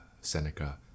Seneca